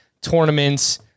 tournaments